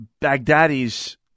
Baghdadi's